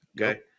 Okay